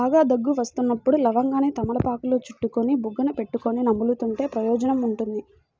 బాగా దగ్గు వస్తున్నప్పుడు లవంగాన్ని తమలపాకులో చుట్టుకొని బుగ్గన పెట్టుకొని నములుతుంటే ప్రయోజనం ఉంటుంది